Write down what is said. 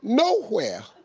nowhere.